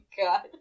god